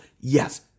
Yes